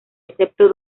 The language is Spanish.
excepto